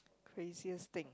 craziest thing